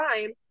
time